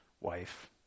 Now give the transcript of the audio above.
wife